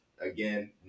again